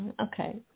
Okay